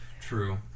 True